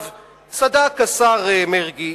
צדק שר הדתות, השר מרגי,